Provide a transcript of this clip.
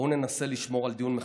בואו ננסה לשמור על דיון מכבד.